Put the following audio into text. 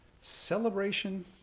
celebration